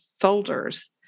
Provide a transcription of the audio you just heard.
folders